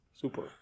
Super